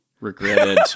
regretted